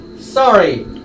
Sorry